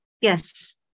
yes